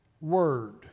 word